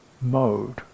mode